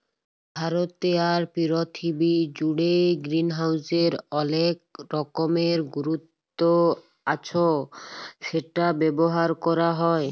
ভারতে আর পীরথিবী জুড়ে গ্রিনহাউসের অলেক রকমের গুরুত্ব আচ্ছ সেটা ব্যবহার ক্যরা হ্যয়